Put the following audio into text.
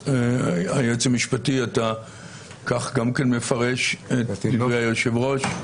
היועץ המשפטי, כך גם אתה מפרש את דברי היושב-ראש?